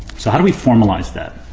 so how do we formalize that?